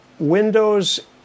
Windows